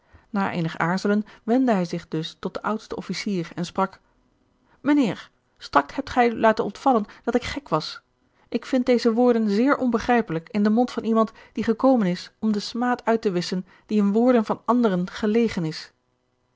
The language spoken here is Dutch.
na eenig aarzelen wendde hij zich dus tot den oudsten officier en sprak mijnheer straks hebt gij u laten ontvallen dat ik gek was ik vind deze woorden zeer onbegrijpelijk in den mond van iemand die gekomen is om den smaad uit te wisschen die in woorden van anderen gelegen is